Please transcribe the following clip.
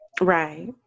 Right